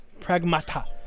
Pragmata